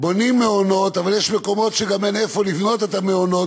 אבל יש מקומות שגם אין איפה לבנות את המעונות,